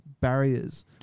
barriers